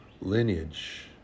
lineage